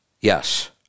Yes